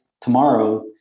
tomorrow